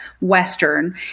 Western